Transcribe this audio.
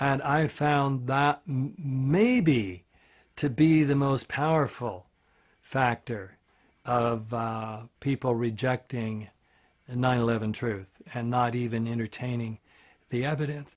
and i found maybe to be the most powerful factor of people rejecting a nine eleven truth and not even entertaining the evidence